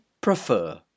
prefer